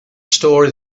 story